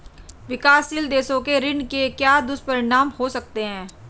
विकासशील देशों के ऋण के क्या दुष्परिणाम हो सकते हैं?